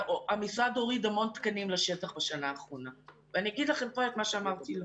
המשרד הוריד המון תקנים לשטח בשנה האחרונה ואני אומר לכם מה שאמרתי לו.